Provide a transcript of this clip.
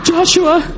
Joshua